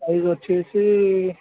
ఐదు వచ్చేసి